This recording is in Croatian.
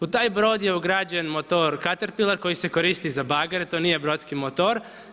U taj brod je ugrađen motor caterpillar koji se koristi za bagere, to nije brodski motor.